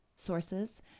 Sources